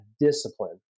discipline